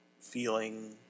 feeling